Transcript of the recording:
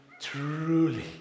truly